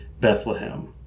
Bethlehem